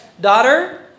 Daughter